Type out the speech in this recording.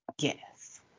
Yes